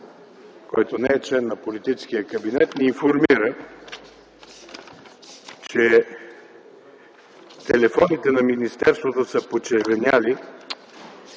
който не е член на политическия кабинет, ни информира, че телефоните на министерството са почервенели,